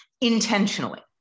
intentionally